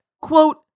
quote